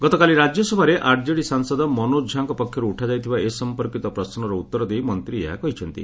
ଗତକାଲି ରାଜ୍ୟସଭାରେ ଆର୍ଜେଡି ସାଂସଦ ମନୋଜ ଝା'ଙ୍କ ପକ୍ଷରୁ ଉଠାଯାଇଥିବା ଏ ସଂପର୍କିତ ପ୍ରଶ୍ୱର ଉତ୍ତର ଦେଇ ମନ୍ତ୍ରୀ ଏହା କହିଛନ୍ତି